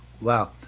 Wow